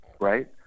Right